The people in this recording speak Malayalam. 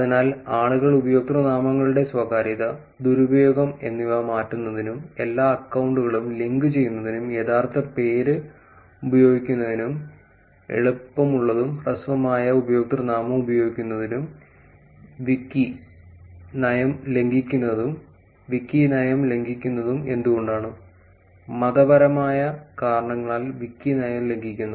അതിനാൽ ആളുകൾ ഉപയോക്തൃനാമങ്ങളുടെ സ്വകാര്യത ദുരുപയോഗം എന്നിവ മാറ്റുന്നതിനും എല്ലാ അക്കൌണ്ടുകളും ലിങ്കുചെയ്യുന്നതിനും യഥാർത്ഥ പേര് ഉപയോഗിക്കുന്നതിനും എളുപ്പമുള്ളതും ഹ്രസ്വമായ ഉപയോക്തൃനാമം ഉപയോഗിക്കുന്നതും വിക്കി നയം ലംഘിക്കുന്നതും വിക്കി നയം ലംഘിക്കുന്നതും എന്തുകൊണ്ടാണ് മതപരമായ കാരണങ്ങളാൽ വിക്കി നയം ലംഘിക്കുന്നു